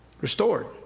restored